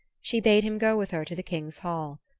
she bade him go with her to the king's hall.